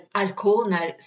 arkoner